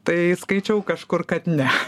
tai skaičiau kažkur kad ne